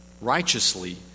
righteously